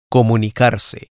Comunicarse